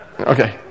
Okay